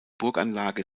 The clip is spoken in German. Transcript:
burganlage